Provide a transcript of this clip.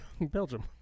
Belgium